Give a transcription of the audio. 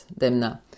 Demna